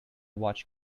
watch